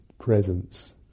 presence